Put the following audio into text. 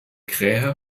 krähe